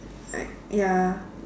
like ya